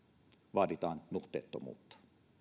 vaaditaan nuhteettomuutta